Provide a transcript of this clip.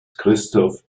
christoph